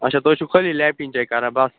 اَچھا تُہۍ چھُو خٲلی لیپٹَن چاے کَران بَس